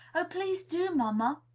oh, please do, mamma!